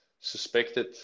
suspected